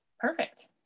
Perfect